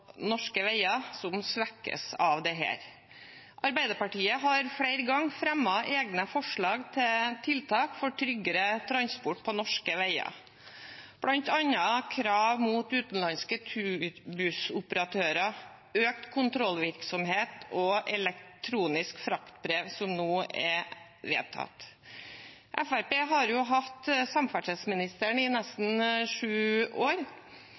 norske veier svekkes av dette. Arbeiderpartiet har flere ganger fremmet egne forslag til tiltak for tryggere transport på norske veier, bl.a. krav mot utenlandske turbussoperatører, økt kontrollvirksomhet og elektronisk fraktbrev, som nå er vedtatt. Fremskrittspartiet har jo hatt samferdselsministeren i nesten sju år.